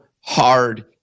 hard